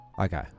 Okay